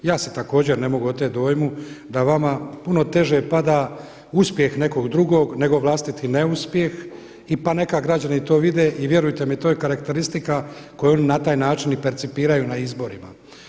Ja se također ne mogu oteti dojmu da vama puno teže pada uspjeh nekog drugog nego vlastiti neuspjeh i pa neka građani to vide i vjerujte mi to je karakteristika koju oni na taj način i percipiraju na izborima.